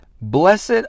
Blessed